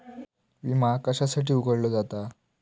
विमा कशासाठी उघडलो जाता?